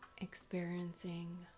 experiencing